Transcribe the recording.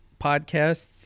podcasts